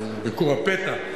ביקור הפתע,